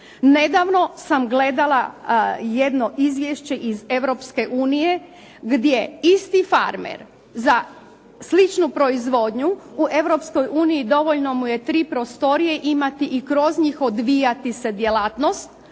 Nedavno sam gledala jedno izvješće iz Europske unije, gdje isti farmer za sličnu proizvodnju u Europskoj uniji dovoljno mu je tri prostorije imati i kroz njih odvijati se djelatnost,